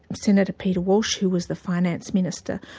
senator peter walsh who was the finance minister,